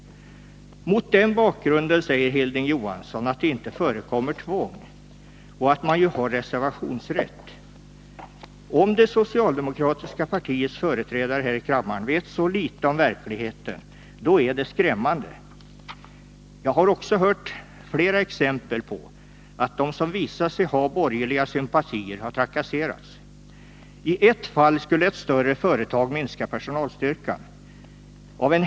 Mot denna bakgrund säger Hilding Johansson att det inte förekommer tvång, och att man har reservationsrätt. Om det socialdemokratiska partiets företrädare här i kammaren vet så litet om verkligheten, är det skrämmande. Jag har också hört flera exempel på att personer som visat sig ha borgerliga sympatier har trakasserats. I ett fall skulle ett större företag minska personalstyrkan.